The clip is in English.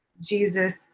Jesus